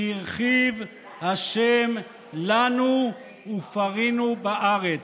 כי הרחיב השם לנו ופרינו בארץ.